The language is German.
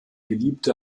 geliebte